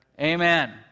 Amen